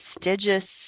prestigious